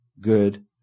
good